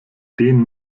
den